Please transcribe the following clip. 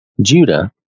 Judah